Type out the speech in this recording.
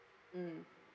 mm